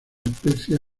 especies